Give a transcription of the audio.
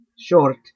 short